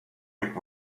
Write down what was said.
pick